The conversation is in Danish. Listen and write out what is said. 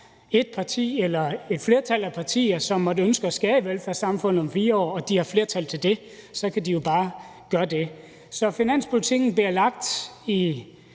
et parti eller et flertal af partier, som måtte ønske at skære i velfærdssamfundet om 4 år og har flertal til det, jo bare gøre det. Så finanspolitikken bliver lagt i